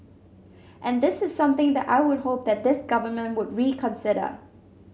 and this is something that I would hope that this Government would reconsider